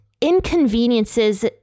inconveniences